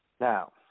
Now